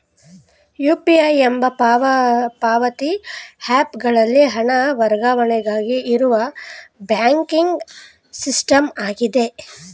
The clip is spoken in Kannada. ಯು.ಪಿ.ಐ ಎಂಬುದು ಪಾವತಿ ಹ್ಯಾಪ್ ಗಳಲ್ಲಿ ಹಣ ವರ್ಗಾವಣೆಗಾಗಿ ಇರುವ ಬ್ಯಾಂಕಿಂಗ್ ಸಿಸ್ಟಮ್ ಆಗಿದೆ